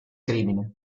crimine